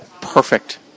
Perfect